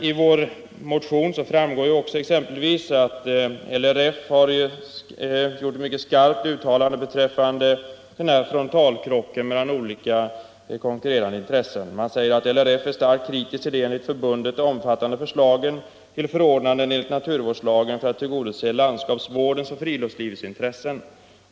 Av vår motion framgår att LRF gjort ett mycket skarpt uttalande beträffande denna frontalkrock mellan olika konkurrerande intressen. LRF är starkt kritiskt till de enligt förbundet omfattande förslagen till förordnande enligt naturvårdslagen för att tillgodose landskapsvårdens och friluftslivets intressen.